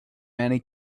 many